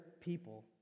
people